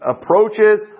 approaches